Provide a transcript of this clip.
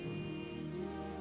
Jesus